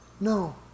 No